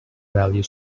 value